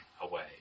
away